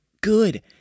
good